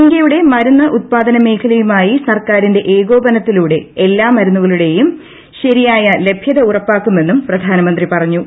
ഇന്ത്യയുടെ മരുന്ന് ഉത്ഷ്ടാദ്യ മേഖലയുമായി സർക്കാരിന്റെ ഏകോപനത്തിലൂടെ എല്ലാ മ്രുന്നുകളുടെയും ശരിയായ ലഭ്യത ഉറപ്പാക്കുമെന്നും പ്രധാർമീന്റ്രി പറഞ്ഞു